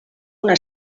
una